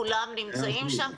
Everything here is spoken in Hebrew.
כולם נמצאים שם.